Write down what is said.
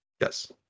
Yes